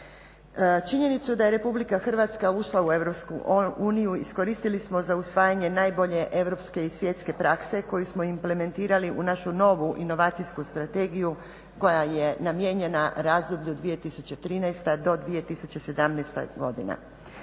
Činjenicu da je RH ušla u EU iskoristili smo za usvajanje najbolje europske i svjetske prakse koji smo implementirali u našu novu inovacijsku strategiju koja je namijenjena razdoblju 2013.do 2017.godina.